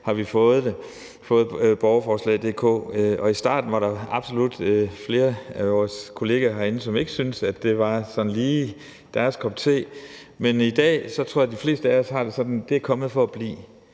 har vi fået borgerforslag.dk. Og i starten var der absolut flere af vores kollegaer herinde, som ikke sådan lige syntes, det var deres kop te. Men i dag tror jeg at de fleste af os har det sådan, at det er kommet for at blive.